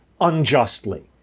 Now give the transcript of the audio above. unjustly